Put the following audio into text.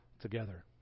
together